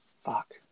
Fuck